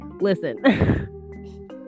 listen